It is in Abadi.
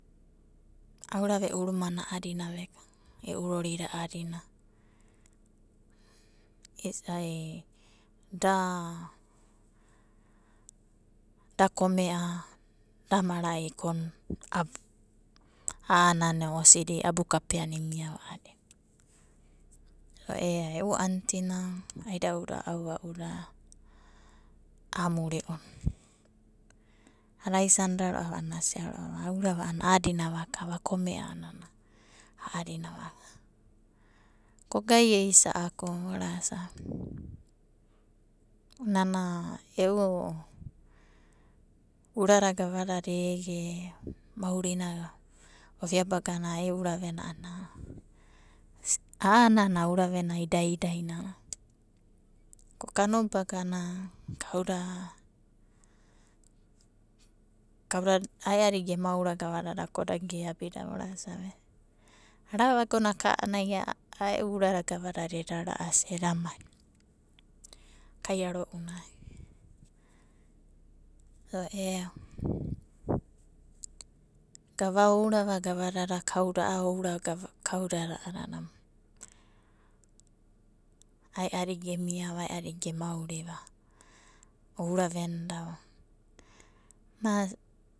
Aura eu rumana adina ve ka e'u rorina irau ia'adine. Isai da komea, da marai, ko a'anana osidi abu kapea e mia a'adina. O e'a antina, aida'udu, aua'uda, amuriuna anai aisanroava, a'sia roava aura a'adina vaka va komea anana, a'adina vaka ko ae e sa'aku orasavae ounana eu urada gavada ege, maurina oviabaga na e'urave ana a'ana a'ura vena ana idai idai nana. Ko kanobagana kauda ai'adi geme urame gavanana ko dage abida e orase e. Ara agonaka ana aurada gavadada eda ra'asi eda mai, kaia rounai. So ea gava o urada gavadada kauda o ura kaudada a'anana. Aiadi gemiava, ae adi ge mauriva oura vendova.